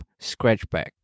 Scratchback